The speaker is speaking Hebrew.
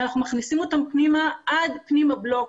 ואנחנו מכניסים אותם פנימה עד פנים הבלוק